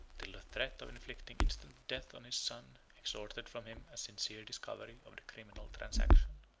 till the threat of inflicting instant death on his son extorted from him a sincere discovery of the criminal transaction.